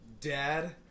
dad